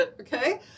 Okay